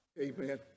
Amen